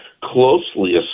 closely